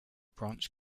brunch